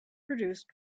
produced